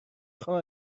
خوام